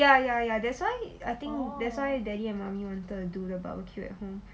ya ya ya that's why I think that's why daddy and mummy wanted to do the barbecue at home